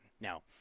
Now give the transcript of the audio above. now